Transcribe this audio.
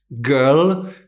girl